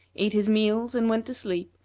ate his meals, and went to sleep,